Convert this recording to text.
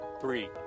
three